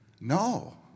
no